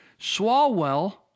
Swalwell